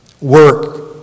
Work